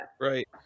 Right